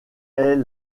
est